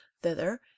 thither